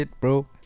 bro